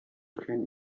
can